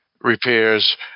repairs